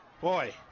Boy